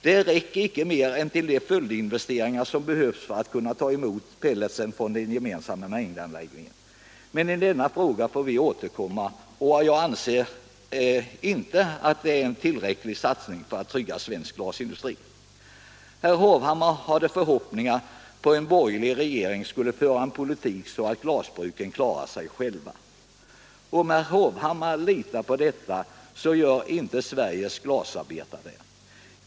De räcker icke mer än till de följdinvesteringar som behövs för att kunna ta emot pelletsen från den gemensamma mängdanläggningen. Men i denna fråga får vi återkomma. Jag anser att det inte är en tillräcklig satsning för att trygga svensk glasindustri. Herr Hovhammar hade förhoppningar om att en borgerlig regering skulle föra en politik som gör att glasbruken klarar sig själva. Om herr Hovhammar litar på detta, så gör inte Sveriges glasarbetare det!